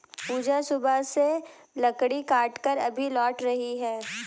पूजा सुबह से लकड़ी काटकर अभी लौट रही है